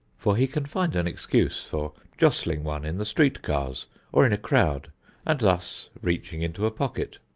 for he can find an excuse for jostling one in the street-cars or in a crowd and thus reaching into a pocket.